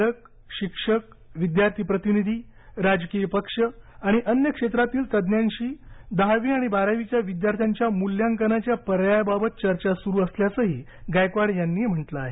पालक शिक्षक विद्यार्थी प्रतिनिधी राजकीय पक्ष आणि अन्य क्षेत्रातील तज्ज्ञांशी दहावी आणि बारावीच्या विद्यार्थ्यांच्या मूल्यांकनाच्या पर्यायाबाबत चर्चा सूरु असल्यांचंही गायकवाड यांनी म्हटलं आहे